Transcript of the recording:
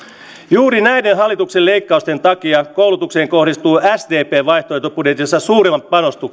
juuri näiden hallituksen leikkausten takia koulutukseen kohdistuu sdpn vaihtoehtobudjetissa suurimmat panostukset